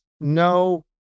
no